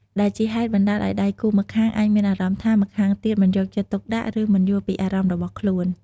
ដែលជាហេតុបណ្តាលឲ្យដៃគូម្ខាងអាចមានអារម្មណ៍ថា ម្ខាងទៀតមិនយកចិត្តទុកដាក់ ឬមិនយល់ពីអារម្មណ៍របស់ខ្លួន។